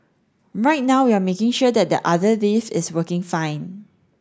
right now we are making sure that the other lift is working fine